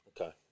okay